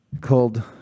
called